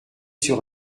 sur